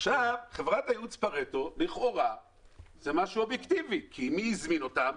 חברת הייעוץ פרטו זה משהו אובייקטיבי כי מי הזמין אותם?